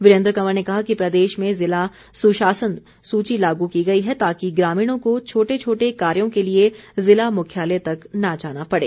वीरेन्द्र कंवर ने कहा कि प्रदेश में जिला सुशासन सूची लागू की गई है ताकि ग्रामीणों को छोटे छोटे कार्यों के लिए जिला मुख्यालय तक न जाना पड़े